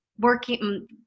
working